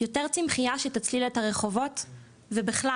יותר צמחייה שתעזור בהצללת הרחובות ובכלל